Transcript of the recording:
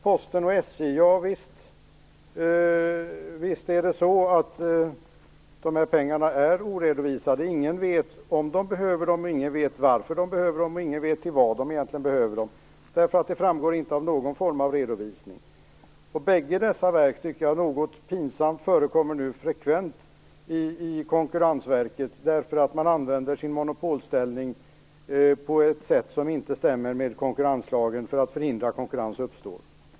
Posten och SJ: Ja, visst är det så att de här pengarna är oredovisade. Ingen vet om Posten och SJ behöver dem, ingen vet varför de behöver dem, och ingen vet till vad de egentligen behöver dem. Det framgår nämligen inte av någon redovisning. Bägge dessa verk förekommer nu, något pinsamt, frekvent i Konkurrensverkets redovisningar, eftersom de använder sin monopolställning på ett sätt som inte stämmer överens med konkurrenslagen för att förhindra att konkurrens uppstår.